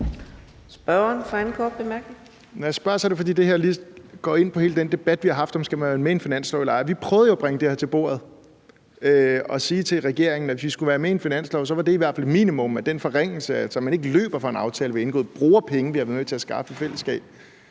Dragsted (EL): Når jeg spørger, er det, fordi det her rækker ind i hele den debat, vi har haft om, om man skal være med i en finanslov eller ej. Vi prøvede jo at bringe det her til bordet og sige til regeringen, at hvis vi skulle være med i en finanslov, var det i hvert fald et minimum, at man ikke løber fra en aftale, vi har indgået, og bruger penge, som vi har været med til at skaffe i fællesskab.